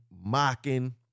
mocking